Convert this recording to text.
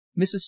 Mrs